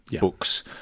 books